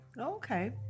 okay